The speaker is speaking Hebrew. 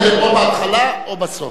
או בהתחלה או בסוף.